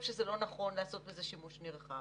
שזה לא נכון לעשות בזה שימוש נרחב.